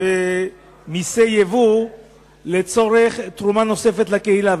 וממסי יבוא לצורך תרומה נוספת לקהילה.